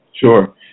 Sure